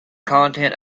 content